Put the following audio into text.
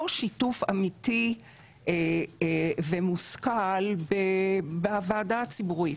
שיתוף אמיתי ומושכל בוועדה הציבורית.